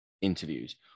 interviews